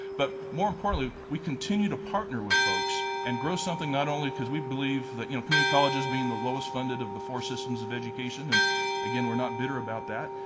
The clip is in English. but more importantly, we continue to partner with folks and grow something not only because we believe that, you know, community colleges being the lowest funded of the four systems of education and again we're not bitter about that,